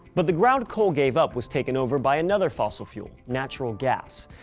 but the ground coal gave up was taken over by another fossil fuel natural gas.